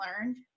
learned